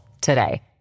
today